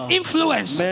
influence